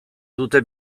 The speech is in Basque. dute